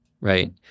right